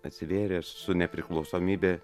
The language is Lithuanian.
atsivėrė su nepriklausomybe